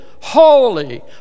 holy